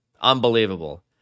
unbelievable